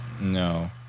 No